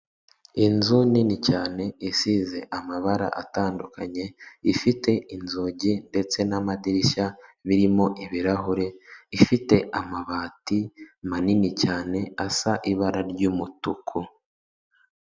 Inzu nini cyane isize amabara atandukanye, ifite inzugi ndetse n'amadirishya birimo ibirahure, ifite amabati manini cyane asa ibara ry'umutuku.